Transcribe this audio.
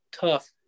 tough